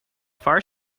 far